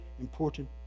important